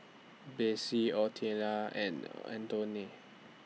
Besse Oleta and Antione